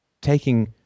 taking